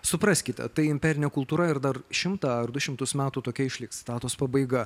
supraskite tai imperinė kultūra ir dar šimtą ar du šimtus metų tokia išliks citatos pabaiga